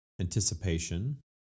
Anticipation